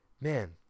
man